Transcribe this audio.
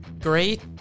great